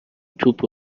توپ